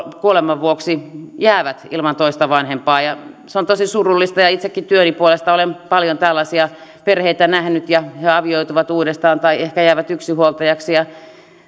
kuoleman vuoksi jäävät ilman toista vanhempaa ja se on tosi surullista itsekin työni puolesta olen paljon tällaisia perheitä nähnyt he avioituvat uudestaan tai ehkä jäävät yksinhuoltajaksi ja